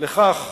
לכך